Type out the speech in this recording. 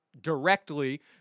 directly